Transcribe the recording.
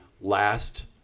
last